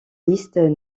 listes